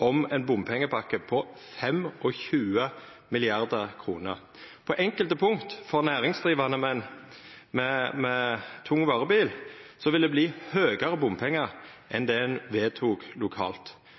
om ei bompengepakke på 25 mrd. kr. På enkelte punkt for næringsdrivande med tung varebil vil det verta høgare bompengar enn ein vedtok lokalt.